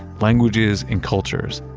languages, and cultures.